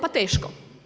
Pa teško.